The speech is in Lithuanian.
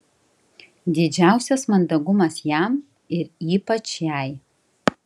didžiausias mandagumas jam ir ypač jai